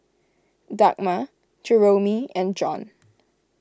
Dagmar Jeromy and John